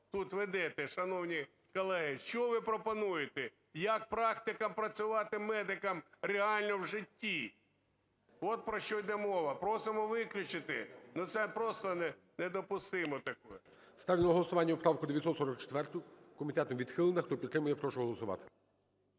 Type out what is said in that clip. тут ведете, шановні колеги, що ви пропонуєте? Як практика працювати медикам реально в житті? От про що йде мова. Просимо виключити. Ну, це просто недопустимо таке. ГОЛОВУЮЧИЙ. Ставлю на голосування поправку 944, комітетом відхилена. Хто підтримує, я прошу голосувати.